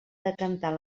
decantar